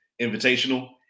invitational